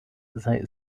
sei